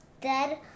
dead